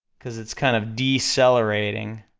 cause it's kind of decelerating,